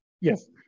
Yes